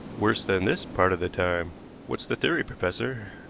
worse than this part of the time. what's the theory, professor?